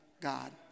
God